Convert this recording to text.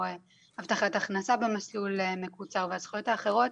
הבטחת הכנסה במסלול מקוצר והזכויות אחרות